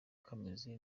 kamaze